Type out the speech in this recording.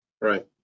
Right